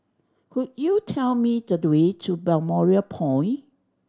could you tell me the way to Balmoral Point